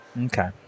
Okay